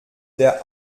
der